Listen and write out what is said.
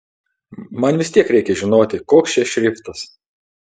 man vis tiek reikia žinoti koks čia šriftas